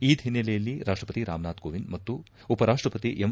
ಈದ್ ಹಿನ್ನೆಲೆಯಲ್ಲಿ ರಾಷ್ಷಪತಿ ರಾಮನಾಥ್ ಕೋವಿಂದ್ ಮತ್ತು ಉಪರಾಷ್ಷಪತಿ ಎಂ